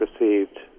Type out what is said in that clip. received